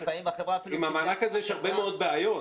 אבל נמצאים בחברה אפילו קיבלה --- עם המענק הזה יש הרבה מאוד בעיות,